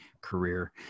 career